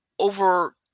Over